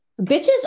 bitches